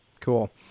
Cool